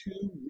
two